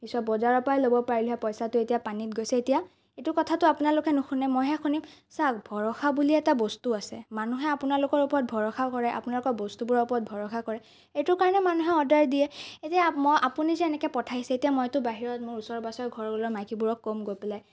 পিছত বজাৰৰ পৰা ল'ব পাৰিলি হয় পইচাটো এতিয়া পানীত গৈছে এতিয়া এইটো কথাতো আপোনালোকে নুশুনে মইহে শুনিম চাওক ভৰসা বুলি এটা বস্তু আছে মানুহে আপোনালোকৰ ওপৰত ভৰসা কৰে আপোনালোকৰ বস্তুবোৰৰ ওপৰত ভৰসা কৰে এইটোৰ কাৰণেই মানুহে অৰ্ডাৰ দিয়ে এই যে আপুনি যে এনেকৈ পঠাইছে এতিয়া মইতো বাহিৰত মোৰ ওচৰ পাজৰ ঘৰৰ মাইকীবোৰক ক'ম গৈ পেলাই